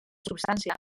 substància